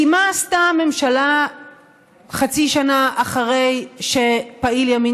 כי מה עשתה הממשלה חצי שנה אחרי שפעיל ימין